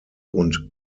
und